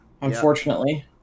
unfortunately